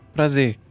Prazer